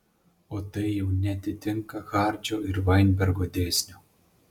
o tai jau neatitinka hardžio ir vainbergo dėsnio